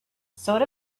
sort